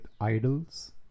idols